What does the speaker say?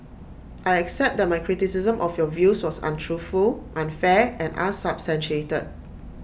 I accept that my criticism of your views was untruthful unfair and unsubstantiated